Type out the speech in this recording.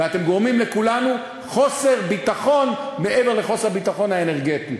ואתם גורמים לכולנו חוסר ביטחון מעבר לחוסר הביטחון האנרגטי.